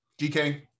DK